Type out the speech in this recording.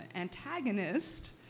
antagonist